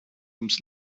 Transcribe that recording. ums